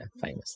famous